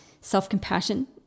self-compassion